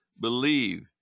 believe